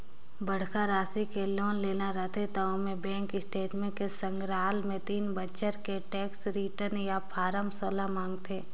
बड़खा रासि के लोन लेना रथे त ओम्हें बेंक स्टेटमेंट के संघराल मे तीन बछर के टेम्स रिर्टन य फारम सोला मांगथे